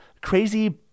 crazy